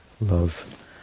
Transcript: love